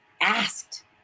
asked